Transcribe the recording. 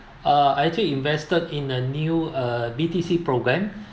uh I actually invested in a new uh B_T_C programme